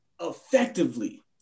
effectively